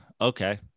Okay